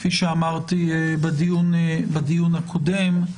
כפי שאמרתי בדיון הקודם,